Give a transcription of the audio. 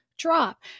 drop